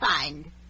find